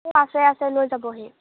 আছে আছে লৈ যাবহি